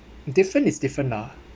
different is different lah